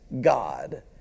God